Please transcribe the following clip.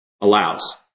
allows